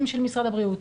אם של משרד הבריאות,